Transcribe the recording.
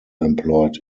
employed